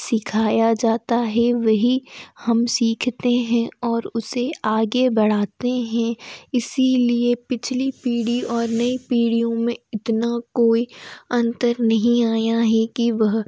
सिखाया जाता है वही हम सीखते हैं और उसे आगे बढ़ाते हैं इसलिए पिछली पीढ़ी और नई पीढ़ियों में इतना कोई अंतर नहीं आया है कि वह